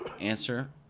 answer